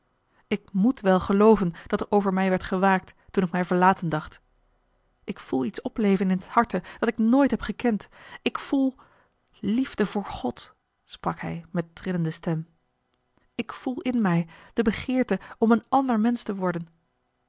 ik moet wel gelooven dat er over mij werd gewaakt toen ik mij verlaten dacht ik voel iets opleven in het harte dat ik nooit heb gekend ik voel liefde voor god sprak hij met trillende stem ik voel in mij de begeerte om een ander mensch te worden